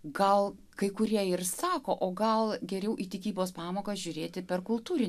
gal kai kurie ir sako o gal geriau į tikybos pamokas žiūrėti per kultūrai